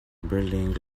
buildings